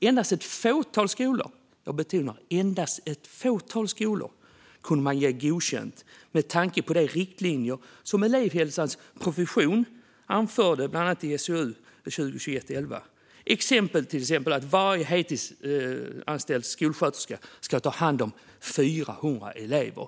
Endast ett fåtal skolor - detta vill jag betona - kunde man ge godkänt med tanke på de riktlinjer från elevhälsans profession som anförts i bland annat SOU 2021:11, till exempel att varje heltidsanställd skolsköterska ska ta hand om 400 elever.